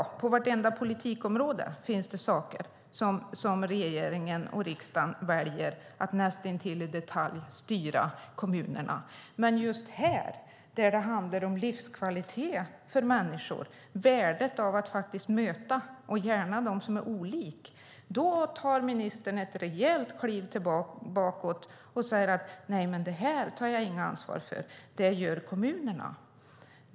På vartenda politikområde finns det verksamheter där regeringen och riksdagen väljer att näst intill i detalj styra kommunerna. Men just här, där det handlar om livskvalitet för människor, värdet av att möta andra, gärna dem som är olika, tar ministern ett rejält kliv bakåt och säger: Nej, det här tar jag inget ansvar för - det gör kommunerna.